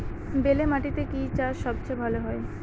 বেলে মাটিতে কি চাষ সবচেয়ে ভালো হয়?